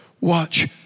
Watch